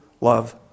love